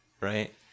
right